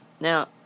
Now